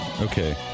Okay